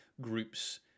groups